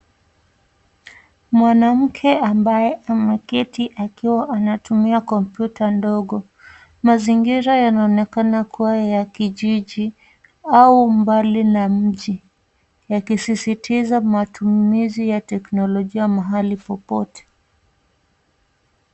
Mwanamke ambaye ameketi akiwa anatumia kompyuta ndogo. Mazingira yanaonekana kuwa ya kijiji au mbali na mji, yakisisitiza matumizi ya teknolojia mahali popote.